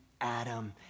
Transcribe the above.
Adam